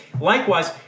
Likewise